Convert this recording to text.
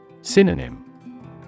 Synonym